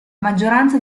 maggioranza